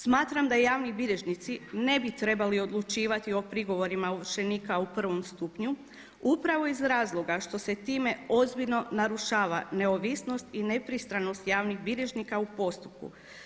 Smatram da javni bilježnici ne bi trebali odlučivati o prigovorima ovršenika u prvom stupnju upravo iz razloga što se time ozbiljno narušava neovisnost i nepristranost javnih bilježnika u postupku.